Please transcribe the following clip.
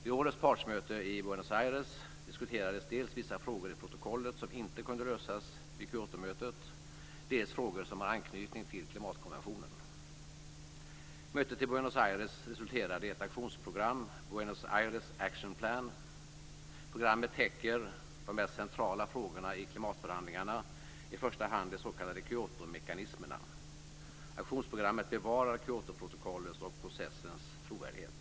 Vid årets partsmöte i Buenos Aires diskuterades dels vissa frågor i protokollet som inte kunde lösas vid Kyotomötet, dels frågor som har anknytning till klimatkonventionen. Mötet i Buenos Aires resulterade i ett aktionsprogram, Buenos Aires Action Plan. Programmet täcker de mest centrala frågorna i klimatförhandlingarna, i första hand de s.k. Kyotomekanismerna. Aktionsprogrammet bevarar Kyotoprotokollets och processens trovärdighet.